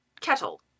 Kettle